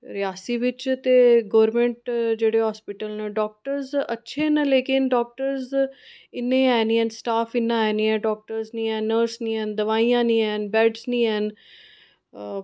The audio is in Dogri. रियासी बिच्च ते गोरमैंट जेह्ड़े हास्पिटल न डाक्टर्स अच्छे न लेकिन डाक्टर्स इन्ने ऐ नेईं हैन स्टाफ इन्ना ऐ नेईं ऐ डाक्टर्स नेईं हैन नर्स नेईं ऐ न दवाईयां नेईं ऐ न बैडस नेईं हैन